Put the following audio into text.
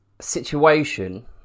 situation